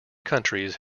countries